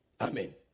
Amen